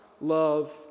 love